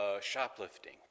shoplifting